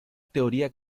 teoría